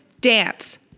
Dance